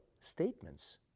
statements